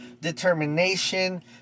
determination